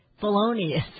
felonious